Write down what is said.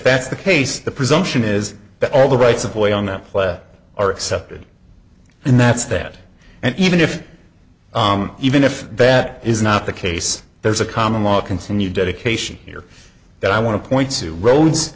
that's the case the presumption is that all the rights of way on that play are accepted and that's that and even if even if that is not the case there's a common law continued dedication here that i want to point to r